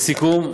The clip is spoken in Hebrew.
לסיכום,